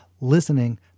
Listening